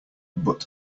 but